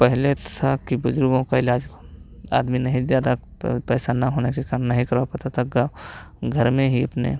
पहले तो था कि बुज़ुर्गों का इलाज आदमी नहीं ज़्यादा पैसा ना होने के कारण नहीं करवा पाता था अब गाँव घर में ही अपने